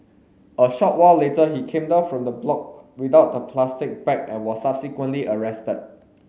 a short while later he came down from the block without the plastic bag and was subsequently arrested